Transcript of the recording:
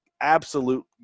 absolute